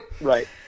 Right